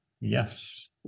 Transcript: yes